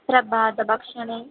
प्रभात भक्षणे